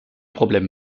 problème